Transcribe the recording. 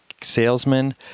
salesman